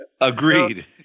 Agreed